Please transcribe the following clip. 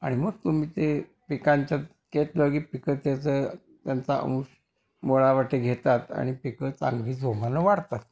आणि मग तुम्ही ते पिकांच्या घेतलं की पिकं त्याचं त्यांचा अंश मुळावाटे घेतात आणि पिकं चांगली जोमानं वाढतात